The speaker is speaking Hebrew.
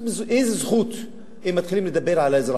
באיזו זכות הם מתחילים לדבר על האזרחות?